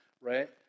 right